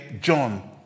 john